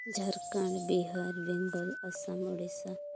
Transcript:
Jharkhand Bihar Bengal Assam Odisha